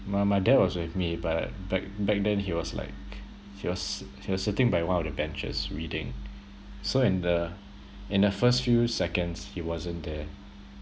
my my dad was with me but uh back back then he was like he was he was sitting by one of the benches reading so in the in the first few seconds he wasn't there